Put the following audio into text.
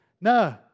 No